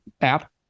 app